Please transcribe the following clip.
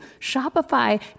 Shopify